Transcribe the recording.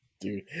dude